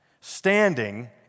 standing